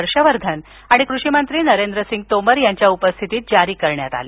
हर्षवर्धन आणि कृषीमंत्री नरेंद्र सिंग तोमर यांच्या उपस्थितीत जारी करण्यात आल्या